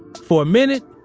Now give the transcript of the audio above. for a minute,